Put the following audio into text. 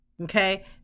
okay